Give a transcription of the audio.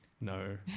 No